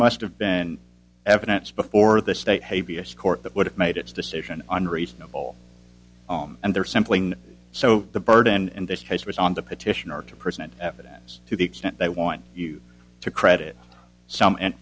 must have been evidence before the state court that would have made its decision unreasonable and there simply so the burden in this case was on the petitioner to present evidence to the extent they want you to credit some